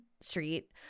street